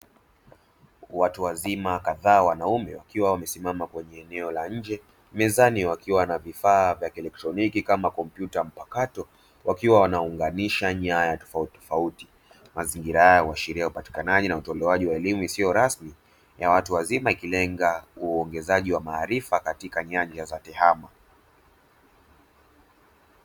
Watu wazima kadhaa wanaume wakiwa wamesimama kwenye eneo la nje, mezani wakiwa na vifaa vya kielektroniki kama kompyuta mpakato wakiwa wanaunganisha nyaya tofautitofauti. Mazingira haya huashiria upatikanaji na utolewaji wa elimu isiyo rasmi ya watu wazima ikilenga uongezaji wa maarifa katika nyanja za tehama.